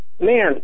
man